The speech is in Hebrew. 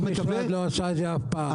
שום משרד לא עשה את זה אף פעם.